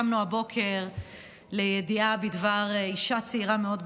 קמנו הבוקר לידיעה בדבר אישה צעירה מאוד,